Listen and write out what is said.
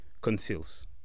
conceals